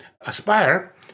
aspire